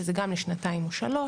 שזה גם לשנתיים או שלוש,